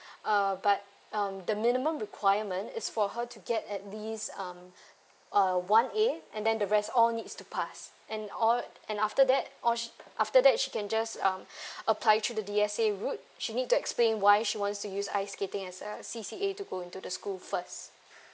uh but um the minimum requirement is for her to get at least um uh one A and then the rest all needs to pass and all and after that all she after that she can just um apply through the D_S_A route she need to explain why she wants to use ice skating as a C_C_A go into the school first